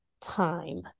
time